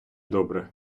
добре